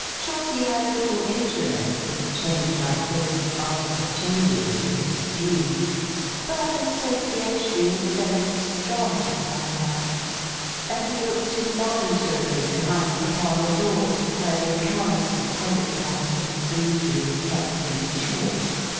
trotty had little interest in a change like this, after the changes he had seen but association is very strong sometimes and he looked involuntarily behind the parlour-door, where the accounts of credit customers were usually kept in chalk.